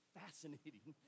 fascinating